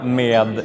med